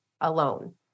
alone